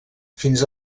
fins